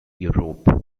europe